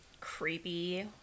creepy